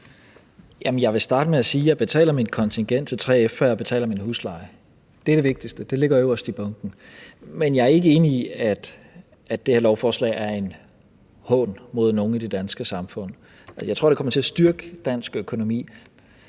Jeg vil starte med at sige, at jeg betaler mit kontingent til 3F, før jeg betaler min husleje. Det er det vigtigste, det ligger øverst i bunken. Men jeg er ikke enig i, at det her lovforslag er en hån mod nogen i det danske samfund. Jeg tror, det kommer til at styrke dansk økonomi.